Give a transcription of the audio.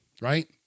right